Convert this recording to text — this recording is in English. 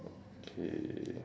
okay